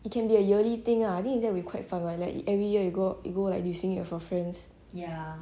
and it can be a yearly thing ah I think that will be quite fun right like every year you go you go like 旅行 with your friends